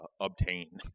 obtain